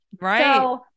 Right